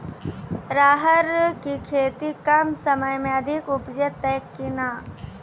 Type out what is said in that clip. राहर की खेती कम समय मे अधिक उपजे तय केना?